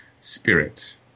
Spirit